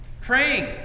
Praying